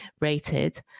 rated